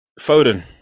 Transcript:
Foden